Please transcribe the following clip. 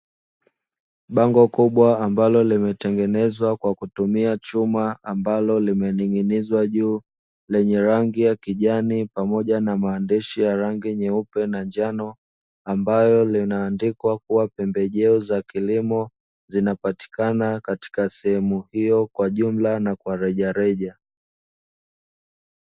Bango kubwa ambalo limetengenezwa kwa kutumia chuma ambalo limening'inizwa juu lenye rangi ya kijani pamoja na maandishi ya rangi nyeupe na njano, ambalo linaandikwa kuwa pembejeo za kilimo zinapatikana katika sehemu hiyo kwa jumla na kwa rejareja.